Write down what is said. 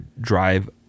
drive